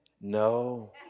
No